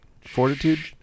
fortitude